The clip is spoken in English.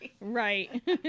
right